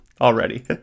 already